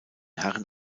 herren